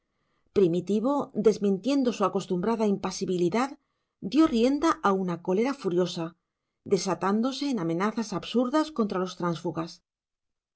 primitivo desmintiendo su acostumbrada impasibilidad dio rienda a una cólera furiosa desatándose en amenazas absurdas contra los tránsfugas